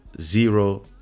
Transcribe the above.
zero